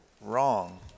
wrong